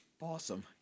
Awesome